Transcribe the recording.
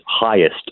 highest